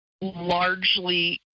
largely